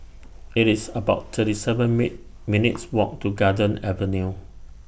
IT IS about thirty seven Me minutes' Walk to Garden Avenue